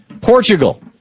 Portugal